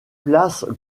place